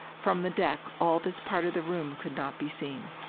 from the deck all this part of the room could not be seen.